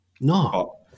No